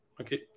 Okay